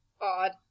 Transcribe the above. odd